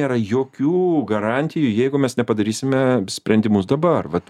nėra jokių garantijų jeigu mes nepadarysime sprendimus dabar vat